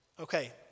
Okay